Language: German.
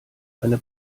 eine